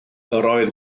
oedd